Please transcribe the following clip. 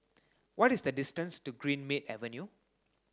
what is the distance to Greenmead Avenue